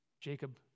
Jacob